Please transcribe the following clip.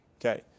Okay